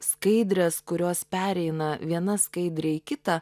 skaidres kurios pereina viena skaidrė į kitą